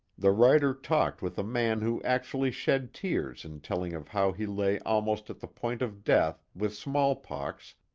the writer talked with a man who actually shed tears in telling of how he lay almost at the point of death, with smallpox,